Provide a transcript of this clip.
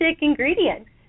ingredients